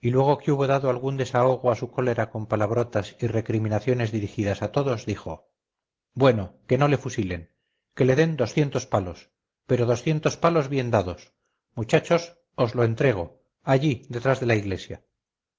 y luego que hubo dado algún desahogo a su cólera con palabrotas y recriminaciones dirigidas a todos dijo bueno que no le fusilen que le den doscientos palos pero doscientos palos bien dados muchachos os lo entrego allí detrás de la iglesia